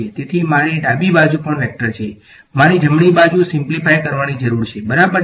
તેથી મારી ડાબી બાજુ પણ વેક્ટર છે મારે જમણી બાજુ સીમપ્લીફાય કરવાની જરૂર છેબરાબર ને